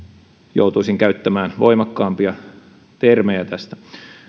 joutuisin käyttämään voimakkaampia termejä tästä